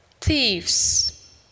Thieves